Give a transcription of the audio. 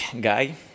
guy